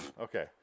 Okay